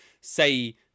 say